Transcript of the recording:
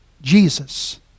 Jesus